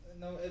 No